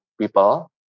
people